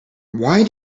why